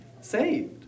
saved